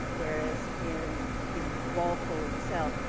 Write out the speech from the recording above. whereas in the walpole itself,